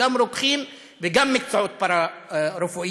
גם רוקחים וגם מקצועות פארה-רפואיים.